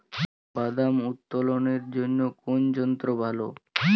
বাদাম উত্তোলনের জন্য কোন যন্ত্র ভালো?